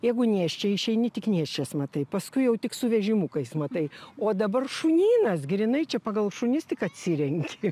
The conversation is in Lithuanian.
jeigu nėščia išeini tik nėščias matai paskui jau tik su vežimukais matai o dabar šunynas grynai čia pagal šunis tik atsirenki